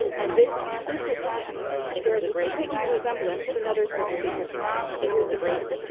and this businessman bears a striking resemblance to another certain businessman. so here's the quote,